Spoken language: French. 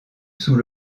sous